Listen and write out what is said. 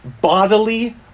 bodily